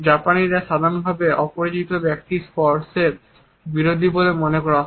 জাপানিরা সাধারণভাবে অপরিচিত ব্যক্তির স্পর্শের বিরোধী বলে মনে করা হয়